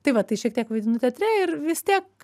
tai va tai šiek tiek vaidinu teatre ir vis tiek